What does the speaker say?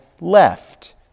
left